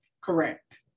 Correct